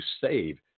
save